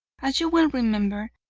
as you will remember,